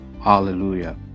Hallelujah